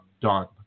done